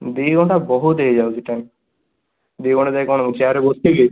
ଦୁଇ ଘଣ୍ଟା ବହୁତ ହୋଇଯାଉଛି ଟାଇମ ଦୁଇ ଘଣ୍ଟା ଯାଏଁ ମୁଁ କଣ ଚେୟାର ରେ ବସିଥିବି